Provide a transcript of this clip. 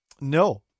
No